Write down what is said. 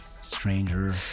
stranger